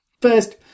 First